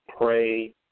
pray